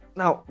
now